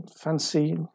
fancy